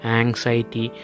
anxiety